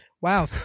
Wow